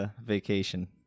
vacation